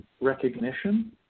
recognition